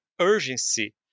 urgency